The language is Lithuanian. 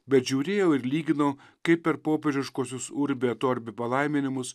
bet žiūrėjau ir lyginau kaip ir popiežiškuosios urbi et orbi palaiminimus